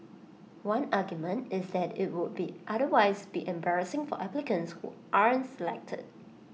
one argument is that IT would otherwise be embarrassing for applicants who aren't selected